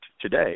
today